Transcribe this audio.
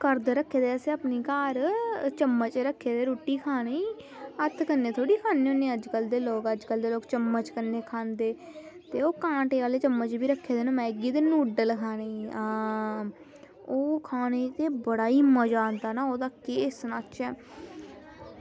करद रक्खे दे असें अपने घर चम्मच रक्खे दे रुट्टी खानै गी हत्थ कन्नै थोह्ड़ी खन्ने होन्ने अज्जकल दे लोग अज्जकल दे लोग चम्मच कन्नै खंदे ते ओह् काँटे आह्ले चम्मच बी रक्खे दे मैगी ते नूड्ल खानै गी आं ओह् खानै गी केह् बड़ा गै मज़ा आंदा ना ते केह् सनाचै